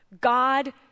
God